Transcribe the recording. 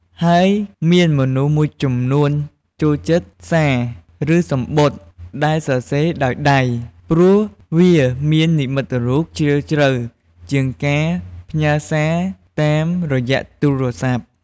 ហើយមានមនុស្សមួយចំនួនចូលចិត្តសារ ឬសំបុត្រដែលសរសេរដោយដៃ ព្រោះវាមាននិមិត្តរូបជ្រាលជ្រៅជាងការផ្ញើរសាតាមរយៈទូរស័ព្ទ។